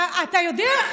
אתה יודע,